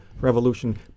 revolution